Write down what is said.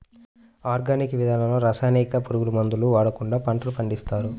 organic విధానంలో రసాయనిక, పురుగు మందులను వాడకుండా పంటలను పండిస్తారు